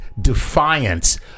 defiance